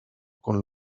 con